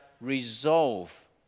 resolve